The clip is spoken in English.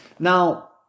Now